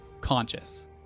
conscious